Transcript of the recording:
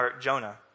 Jonah